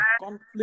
conflict